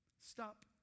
Stop